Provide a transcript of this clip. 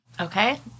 Okay